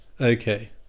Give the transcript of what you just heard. okay